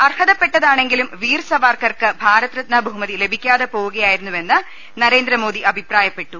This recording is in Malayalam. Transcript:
അർഹതപ്പെട്ടതാണെങ്കിലും വീർസവാർക്കർക്ക് ഭാരത്രത്ന ബഹുമതി ലഭിക്കാതെ പോവുകയായിരുന്നുവെന്ന് നരേന്ദ്രമോദി അഭിപ്രായപ്പെട്ടു